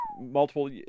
multiple